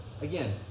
again